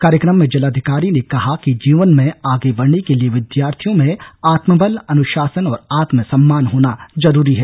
कार्यक्रम में जिलाधिकारी ने कहा कि जीवन में आगे बढ़ने के लिए विद्यार्थियों में आत्मबल अनुशासन और आत्म सम्मान होना जरूरी है